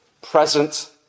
present